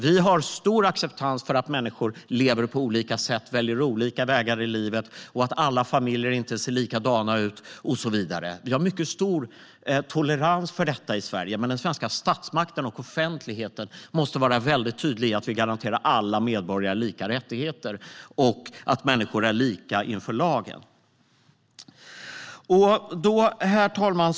Vi har stor acceptans för att människor lever på olika sätt, väljer olika vägar i livet, att alla familjer inte ser likadana ut och så vidare. Vi har mycket stor tolerans för detta i Sverige, men den svenska statsmakten och offentligheten måste vara väldigt tydlig med att vi garanterar alla medborgare lika rättigheter och att människor är lika inför lagen. Herr talman!